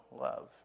love